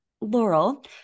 Laurel